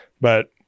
but-